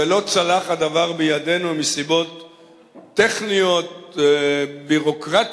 ולא צלח הדבר בידינו, מסיבות טכניות, ביורוקרטיות,